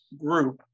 group